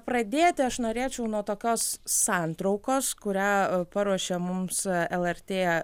pradėti aš norėčiau nuo tokios santraukos kurią paruošė mums lrt